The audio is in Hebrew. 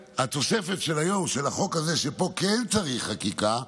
התוספת של היום, של החוק הזה, שבו כן צריך חקיקה,